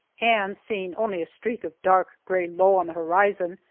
and seeing only a streak of dark gray low on the horizon,